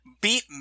beat